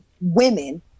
women